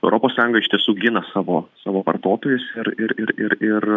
europos sąjunga iš tiesų gina savo savo vartotojus ir ir ir ir ir